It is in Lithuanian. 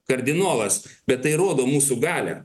kardinolas bet tai rodo mūsų galią